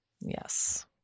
Yes